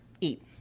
eat